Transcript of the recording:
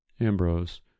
Ambrose